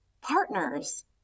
partners